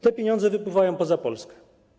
Te pieniądze wypływają poza Polskę.